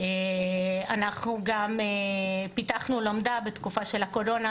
אנחנו גם פיתחנו לומדה בתקופה של הקורונה,